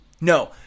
No